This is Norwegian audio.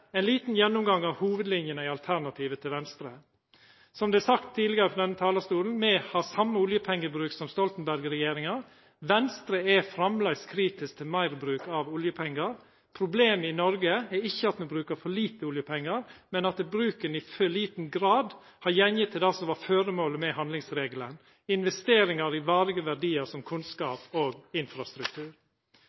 Ein liten gjennomgang av hovudlinene i alternativet til Venstre: Som det er sagt tidlegare frå denne talarstolen: Me har same oljepengebruk som Stoltenberg-regjeringa. Venstre er framleis kritisk til meir bruk av oljepengar. Problemet i Noreg er ikkje at me brukar for lite oljepengar, men at bruken i for liten grad har gått til det som var føremålet med handlingsregelen, investeringar i varige verdiar som kunnskap og infrastruktur.